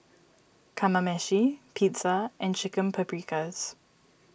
Kamameshi Pizza and Chicken Paprikas